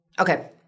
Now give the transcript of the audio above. Okay